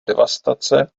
devastace